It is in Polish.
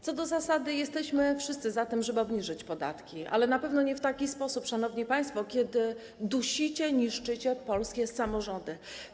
Co do zasady jesteśmy wszyscy za tym, żeby obniżyć podatki, ale na pewno nie w taki sposób, szanowni państwo, że dusicie, niszczycie polskie samorządy.